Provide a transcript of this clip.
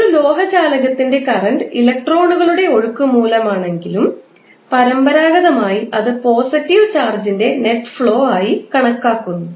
ഒരു ലോഹ ചാലകത്തിലെ കറൻറ് ഇലക്ട്രോണുകളുടെ ഒഴുക്ക് മൂലമാണെങ്കിലും പരമ്പരാഗതമായി അത് പോസിറ്റീവ് ചാർജിന്റെ നെറ്റ് ഫ്ലോ ആയി കണക്കാക്കുന്നു